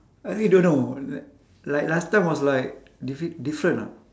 I really don't know li~ like last time was like diff~ different ah